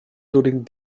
during